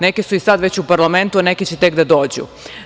Neke su sad već u parlamentu, a neke će tek da dođu.